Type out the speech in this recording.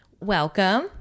Welcome